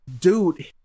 Dude